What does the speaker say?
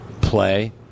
play